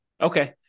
Okay